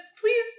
Please